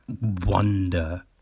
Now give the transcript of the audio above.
wonder